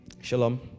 shalom